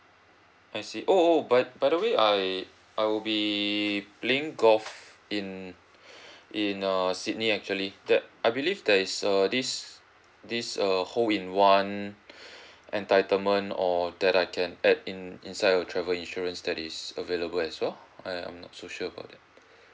I see oh oh but by the way I I will be playing golf in in err sydney actually that I believe there is err this this err whole in one entitlement or that I can add in inside your travel insurance that is available as well I I'm not so sure about that